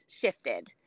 shifted